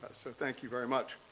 so thank you very much.